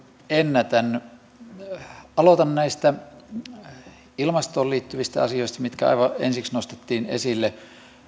ennätän aloitan näistä ilmastoon liittyvistä asioista mitkä aivan ensiksi nostettiin esille